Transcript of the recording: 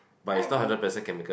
but you